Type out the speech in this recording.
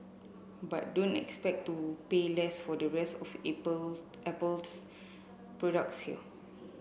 but don't expect to pay less for the rest of Apple's products here